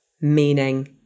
meaning